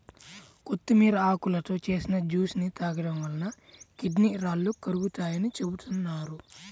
కొత్తిమీర ఆకులతో చేసిన జ్యూస్ ని తాగడం వలన కిడ్నీ రాళ్లు కరుగుతాయని చెబుతున్నారు